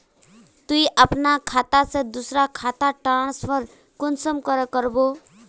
तुई अपना खाता से दूसरा खातात ट्रांसफर कुंसम करे करबो?